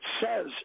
says